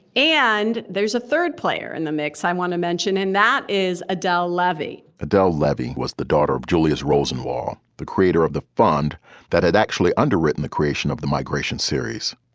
and there's a third player in the mix i want to mention, and that is adele levy adele levy was the daughter of julius rosenwald, the creator of the fund that had actually underwritten the creation of the migration series.